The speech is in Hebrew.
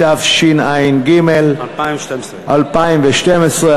התשע"ג 2012,